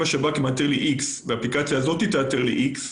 אם השב"כ יאתר לי איקס והאפליקציה הזאת תאתר לי איקס,